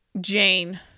Jane